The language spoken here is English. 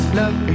love